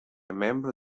membro